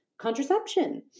contraception